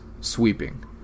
sweeping